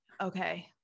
okay